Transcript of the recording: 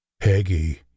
peggy